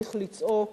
צריך לצעוק